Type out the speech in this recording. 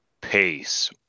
pace